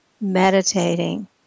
meditating